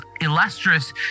illustrious